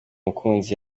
mukunzi